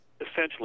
essentially